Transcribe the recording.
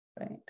Right